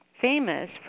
famous